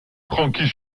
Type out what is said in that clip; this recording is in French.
frankie